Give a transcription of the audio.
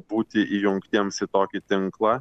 būti įjungtiems į tokį tinklą